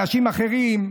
להאשים אחרים,